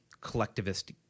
collectivist